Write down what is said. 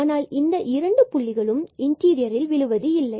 ஆனால் இந்த இரண்டு புள்ளிகளும் இன்டீரியரில் விழுவது இல்லை